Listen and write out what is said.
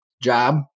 job